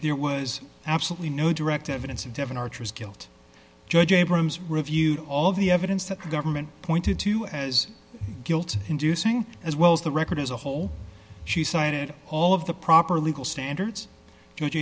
there was absolutely no direct evidence of devon archer's guilt judge abrams reviewed all of the evidence that the government pointed to as guilt inducing as well as the record as a whole she cited all of the proper legal standards judge